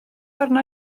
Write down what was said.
arna